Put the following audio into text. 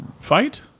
fight